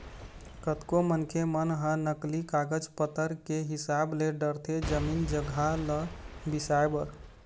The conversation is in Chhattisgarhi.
कतको मनखे मन ह नकली कागज पतर के हिसाब ले डरथे जमीन जघा ल बिसाए बर